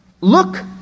look